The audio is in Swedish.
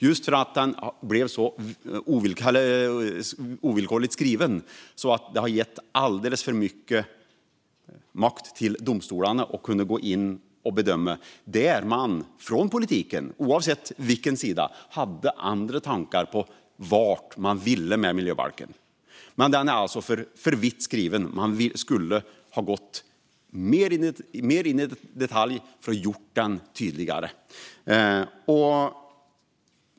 Miljöbalken blev så ovillkorligt skriven att den gav alldeles för mycket makt åt domstolarna att gå in och bedöma. Där hade politiken, oavsett sida, andra tankar om vad man ville med miljöbalken. Den är alltså alltför brett skriven. Man skulle ha gått in mer i detalj och gjort den tydligare.